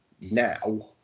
now